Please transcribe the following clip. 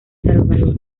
salvador